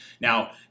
Now